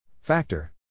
Factor